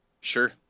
Sure